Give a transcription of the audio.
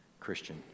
christian